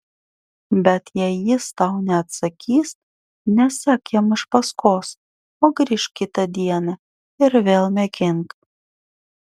bet jei jis tau neatsakys nesek jam iš paskos o grįžk kitą dieną ir vėl mėgink